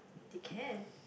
they can